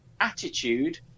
Attitude